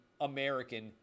American